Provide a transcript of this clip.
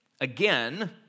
Again